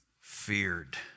feared